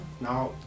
now